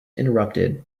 interrupted